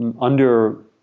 under-